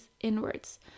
inwards